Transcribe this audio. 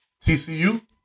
TCU